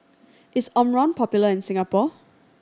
is Omron popular in Singapore